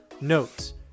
notes